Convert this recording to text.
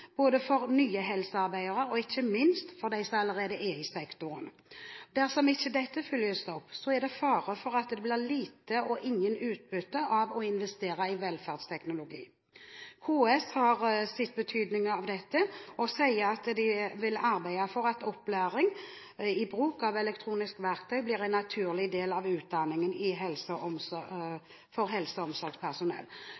både for nye helsearbeidere og ikke minst for dem som allerede er i sektoren. Dersom dette ikke følges opp, er det fare for at det blir lite – eller ikke noe – utbytte av å investere i velferdsteknologi. KS har sett betydningen av dette, og sier at de vil arbeide for at opplæring i bruk av elektronisk verktøy blir en naturlig del av utdanningen for helse- og